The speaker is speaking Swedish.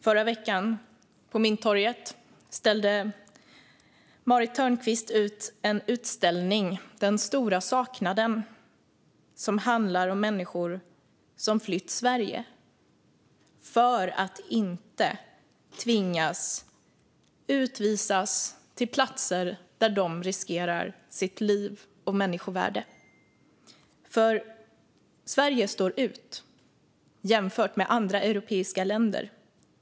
Förra veckan ställde Marit Törnqvist på Mynttorget ut installationen Den stora saknaden , som handlar om människor som flytt Sverige för att inte tvingas bli utvisade till platser där de riskerar sitt liv och människovärde. Sverige står nämligen ut jämfört med andra europeiska länder.